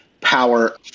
power